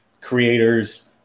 creators